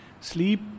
Sleep